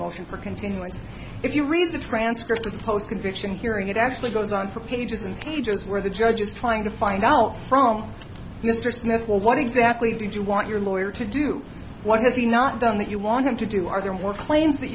motion for a continuance if you read the transcript of the post conviction hearing it actually goes on for pages and pages where the judge is trying to find out from mr smith well what exactly did you want your lawyer to do what is he not done that you want him to do are there more claims that